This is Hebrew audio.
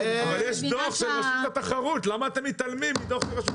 יש דוח של רשות התחרות, למה אתם מתעלמים ממנו?